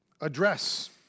address